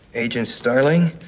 agent starling,